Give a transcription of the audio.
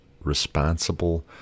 responsible